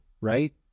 Right